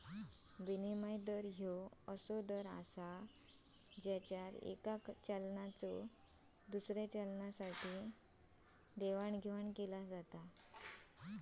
विनिमय दर ह्यो असो दर असा ज्यावर येका चलनाचा दुसऱ्या चलनासाठी देवाणघेवाण केला जाता